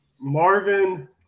Marvin –